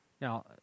Now